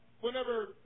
whenever